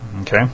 Okay